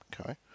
Okay